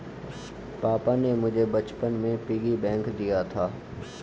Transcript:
पापा ने मुझे बचपन में पिग्गी बैंक दिया था